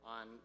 on